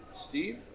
Steve